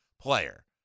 player